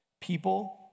people